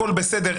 הכול בסדר,